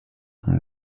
und